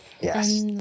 Yes